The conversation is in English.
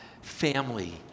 family